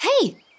Hey